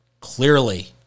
clearly